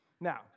Now